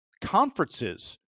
conferences